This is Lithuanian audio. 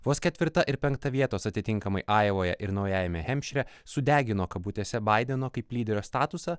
vos ketvirta ir penkta vietos atitinkamai ajovoje ir naujajame hempšyre sudegino kabutėse baideno kaip lyderio statusą